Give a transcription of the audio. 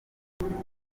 umubyeyi